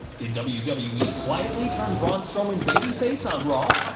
did wwe wwe quietly turn braun strowman babyface on raw?